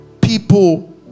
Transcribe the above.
people